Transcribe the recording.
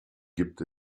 gibt